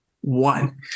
one